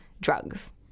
drugs